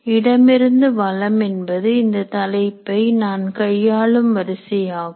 இடமிருந்து வலம் என்பது இந்த தலைப்பை நான் கையாளும் வரிசையாகும்